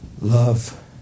Love